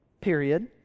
period